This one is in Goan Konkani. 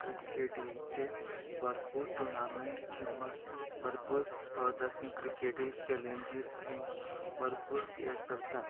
क्रिकेटीचे भरपूर टुर्नामेंट किंवां भरपूर स्पर्धा क्रिकेटी चॅलेंजीस किंवां भरपूर हे करता